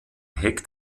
heck